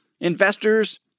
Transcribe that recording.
investors